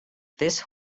this